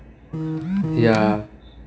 ya